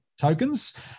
tokens